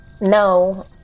No